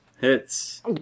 Hits